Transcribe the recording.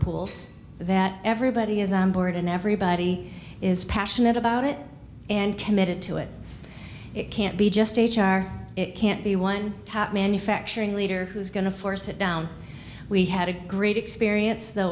pools that everybody is on board and everybody is passionate about it and committed to it it can't be just h r it can't be one tap manufacturing leader who's going to force it down we had a great experience the